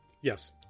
Yes